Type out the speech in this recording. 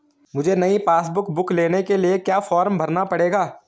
मुझे नयी passbook book लेने के लिए क्या फार्म भरना पड़ेगा?